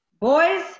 Boys